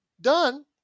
done